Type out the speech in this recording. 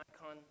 icon